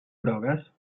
grogues